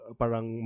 parang